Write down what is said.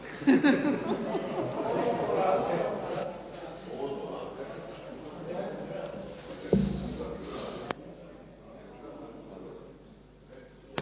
Hvala vam.